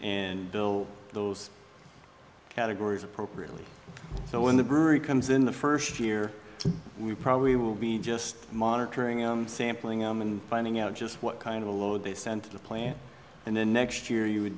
and bill those categories appropriately so when the brewery comes in the first year we probably will be just monitoring sampling and finding out just what kind of a load they send to the plant and then next year you would